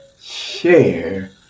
share